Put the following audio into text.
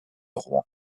rouen